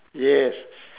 yes